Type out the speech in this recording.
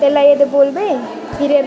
Soybean के फसल ल काटे के बाद आऊ का करथे?